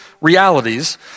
realities